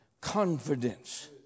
confidence